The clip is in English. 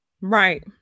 Right